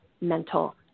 mental